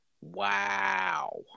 Wow